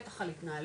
בטח על התנהלות,